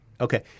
Okay